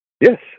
yes